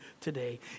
today